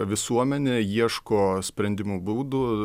visuomenė ieško sprendimų būdų